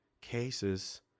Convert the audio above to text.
Cases